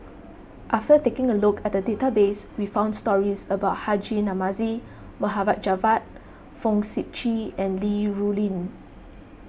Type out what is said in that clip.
after taking a look at the database we found stories about Haji Namazie Mohd Javad Fong Sip Chee and Li Rulin